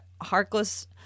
Harkless